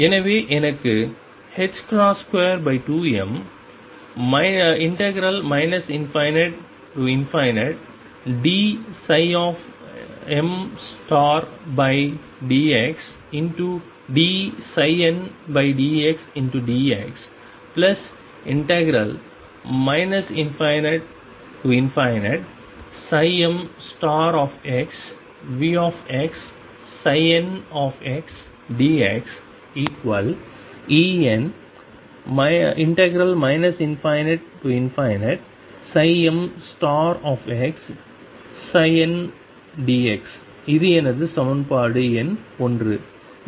எனவே எனக்கு22m ∞dmdxdndxdx ∞mVxndxEn ∞mndx இது எனது சமன்பாடு எண் 1